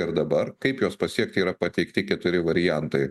ir dabar kaip jos pasiekti yra pateikti keturi variantai